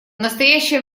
настоящее